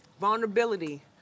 vulnerability